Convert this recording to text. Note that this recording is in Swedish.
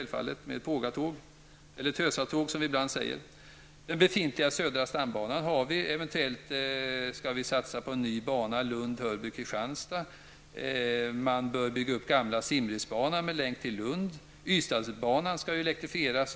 Vi har den befintliga södra stambanan, eventuellt skall vi satsa på en ny bana Lund--Hörby--Kristianstad. Man bör bygga upp den gamla Simrisbanan med länk till Lund.